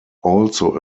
also